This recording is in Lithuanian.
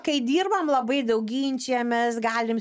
kai dirbam labai daug ginčijamės galim